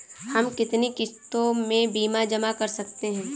हम कितनी किश्तों में बीमा जमा कर सकते हैं?